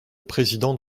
président